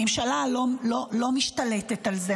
הממשלה לא משתלטת על זה,